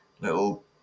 little